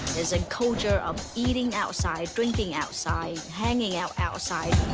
there's a culture of eating outside, drinking outside, hanging out outside.